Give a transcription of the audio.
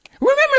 remember